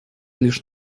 лишь